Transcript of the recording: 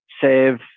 save